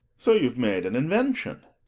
so you've made an invention!